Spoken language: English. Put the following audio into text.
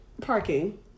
Parking